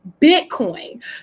Bitcoin